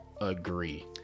agree